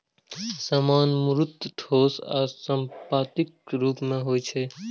सामान मूर्त, ठोस आ संपत्तिक रूप मे होइ छै